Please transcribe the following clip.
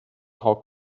how